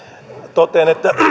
totean että